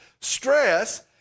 stress